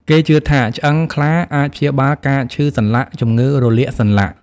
គេជឿថាឆ្អឹងខ្លាអាចព្យាបាលការឈឺសន្លាក់ ជំងឺរលាកសន្លាក់។